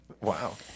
Wow